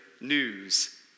news